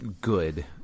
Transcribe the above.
good